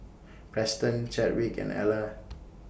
Preston Chadwick and Ellar